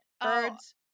Birds